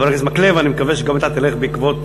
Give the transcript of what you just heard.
חבר הכנסת מקלב, אני מקווה שגם אתה תלך בעקבות